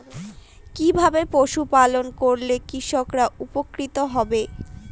কিভাবে পশু পালন করলেই কৃষকরা উপকৃত হবে?